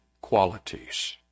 qualities